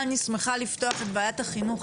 אני שמחה לפתוח את ישיבת ועדת החינוך,